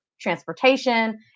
transportation